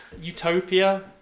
Utopia